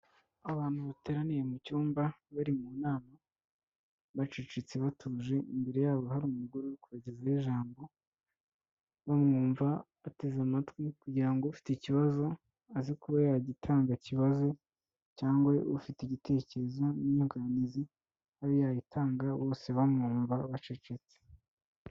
Abantu bateraniye mu cyumba bari mu nama, bacecetse, batuje, imbere yabo hari umugore uri kubagezaho ijambo, bamwumva, bateze amatwi kugira ngo ufite ikibazo aze kuba yagitanga, akibaze cyangwa ufite igitekerezo n'inyunganizi abe yayitanga, bose bamwumva, bacecetse.